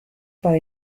para